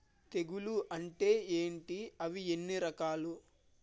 తెగులు అంటే ఏంటి అవి ఎన్ని రకాలు?